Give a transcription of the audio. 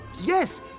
Yes